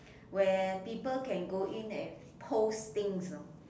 where people can go in and post things you know